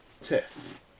Tiff